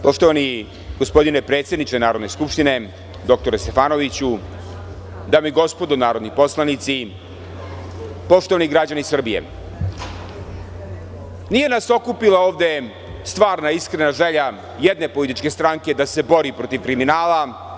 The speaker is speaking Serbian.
Poštovani gospodine predsedniče Narodne skupštine, doktore Stefanoviću, dame i gospodo narodni poslanici, poštovani građani Srbije, nije nas okupila ovde stvarna i iskrena želja jedne političke stranke da se bori protiv kriminala.